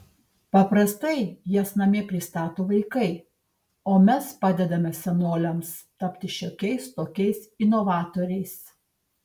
paprastai jas namie pristato vaikai o mes padedame senoliams tapti šiokiais tokiais inovatoriais